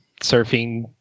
surfing